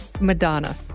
Madonna